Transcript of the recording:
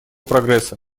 прогресса